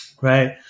right